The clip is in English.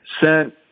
sent